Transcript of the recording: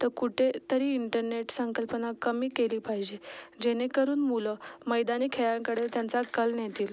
तर कुठेतरी इंटरनेट संकल्पना कमी केली पाहिजे जेणेकरून मुलं मैदानी खेळांकडे त्यांचा कल नेतील